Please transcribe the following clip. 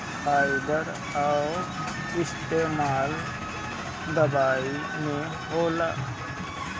fibre कअ इस्तेमाल दवाई में होला